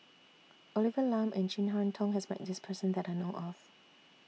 Olivia Lum and Chin Harn Tong has Met This Person that I know of